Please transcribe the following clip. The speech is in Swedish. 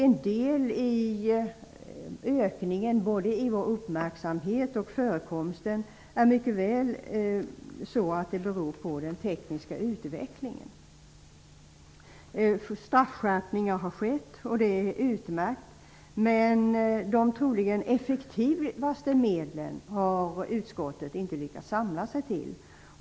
En del av ökningen, både i vår uppmärksamhet och i förekomsten, kan mycket väl bero på den tekniska utvecklingen. Straffskärpningar har skett och det är utmärkt. Men de troligen effektivaste medlen har utskottet inte lyckats samla sig till.